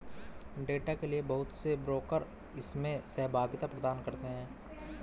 data के लिये बहुत से ब्रोकर इसमें सहभागिता प्रदान करते हैं